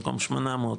במקום 800,